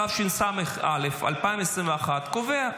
התשס"א 2021, קובע: